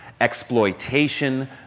exploitation